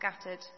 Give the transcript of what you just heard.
scattered